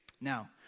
Now